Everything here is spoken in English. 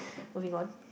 moving on